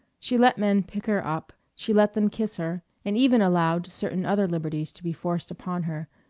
she let men pick her up she let them kiss her, and even allowed certain other liberties to be forced upon her,